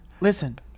Listen